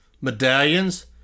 medallions